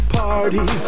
party